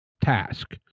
task